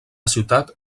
ciutat